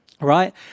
right